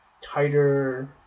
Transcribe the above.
tighter